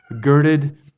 girded